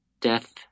death